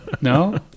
No